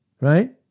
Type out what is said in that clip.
right